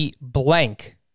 blank